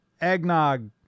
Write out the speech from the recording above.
eggnog